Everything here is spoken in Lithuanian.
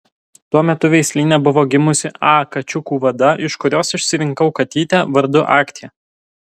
tuo metu veislyne buvo gimusi a kačiukų vada iš kurios išsirinkau katytę vardu aktia